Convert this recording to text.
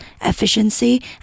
efficiency